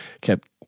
kept